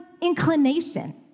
inclination